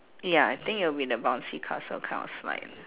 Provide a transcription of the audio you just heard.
ya I think it'll be the bouncy castle kind of slide